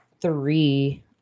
three